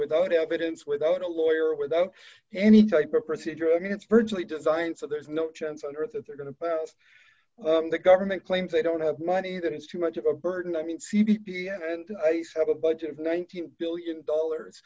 without evidence without a lawyer without any type of procedure i mean it's virtually designed so there's no chance on earth that they're going to pass the government claims they don't have money that it's too much of a burden i mean and they said a bunch of nineteen billion dollars